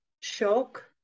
Shock